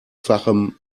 fachem